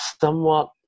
somewhat